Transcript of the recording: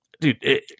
dude